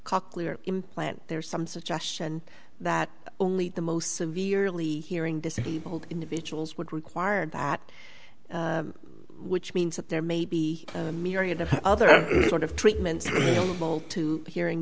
cochlear implant there's some suggestion that only the most severely hearing disabled individuals would require that which means that there may be a myriad of other sort of treatment to hearing